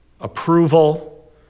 approval